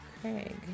Craig